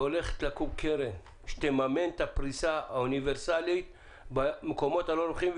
והולכת לקום קרן שתממן את הפריסה האוניברסלית במקומות הלא נוחים,